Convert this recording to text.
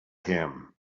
him